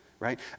right